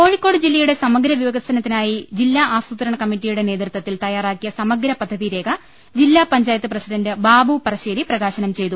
കോഴിക്കോട് ജില്ലയുടെ സമഗ്ര വിക്സനത്തിനായി ജില്ലാ ആസൂത്രണ സമിതിയുടെ നേതൃത്വത്തിൽ തയാറാക്കിയ സമഗ്ര പദ്ധതി രേഖ ജില്ലാ പഞ്ചായത്ത് പ്രസിഡന്റ് ബാബു പറശ്ശേരി പ്രകാശനം ചെയ്തു